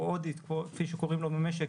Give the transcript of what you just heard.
או 'אודיט' כפי שקוראים לו במשק